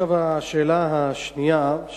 השאלה השנייה,